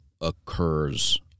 occurs